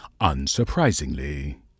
Unsurprisingly